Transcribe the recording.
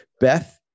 Beth